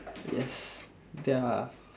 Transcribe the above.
yes ya